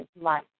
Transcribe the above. life